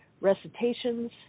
recitations